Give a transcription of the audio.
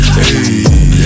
hey